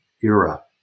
era